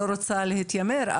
לא רוצה להתיימר,